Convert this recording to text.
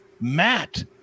matt